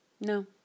No